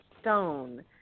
stone